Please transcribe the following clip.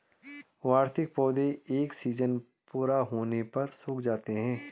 वार्षिक पौधे एक सीज़न पूरा होने पर सूख जाते हैं